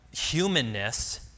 humanness